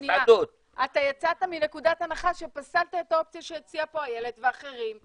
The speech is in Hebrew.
אתה יצאת מנקודת הנחה שפסלת את האופציה שהציעה פה איילת ואחרים,